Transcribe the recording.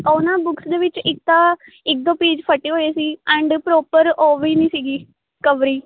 ਉਹ ਨਾ ਬੁੱਕਸ ਦੇ ਵਿੱਚ ਇੱਕ ਤਾਂ ਇੱਕ ਦੋ ਪੇਜ਼ ਫਟੇ ਹੋਏ ਸੀ ਐਂਡ ਪ੍ਰੋਪਰ ਉਹ ਵੀ ਨਹੀਂ ਸੀਗੀ ਕਵਰੀ